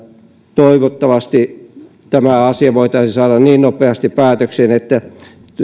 toivottavasti tämä asia voitaisiin saada niin nopeasti päätökseen että